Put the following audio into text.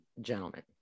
gentlemen